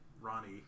Ronnie